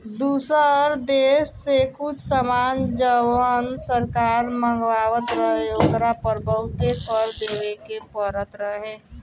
दुसर देश से कुछ सामान जवन सरकार मँगवात रहे ओकरा पर बहुते कर देबे के परत रहे